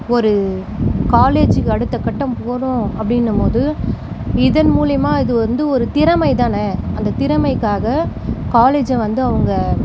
ஒரு காலேஜுக்கு அடுத்த கட்டம் போகிறோம் அப்படின்னம்போது இதன் மூலியுமாக இது வந்து ஒரு திறமை தானே அந்த திறமைக்காக காலேஜை வந்து அவங்க